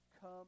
come